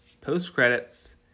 post-credits